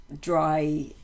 dry